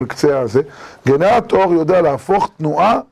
בקצה הזה, גנרטור יודע להפוך תנועה.